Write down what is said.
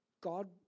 God